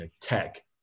tech